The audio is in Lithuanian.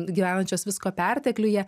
gyvenančios visko pertekliuje